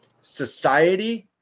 society –